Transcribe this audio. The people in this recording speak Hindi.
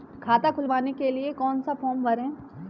खाता खुलवाने के लिए कौन सा फॉर्म भरें?